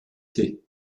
thé